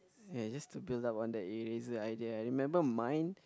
ya is just to build up on the eraser idea I remember mine